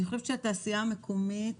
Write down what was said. אני חושבת שהתעשייה המקומית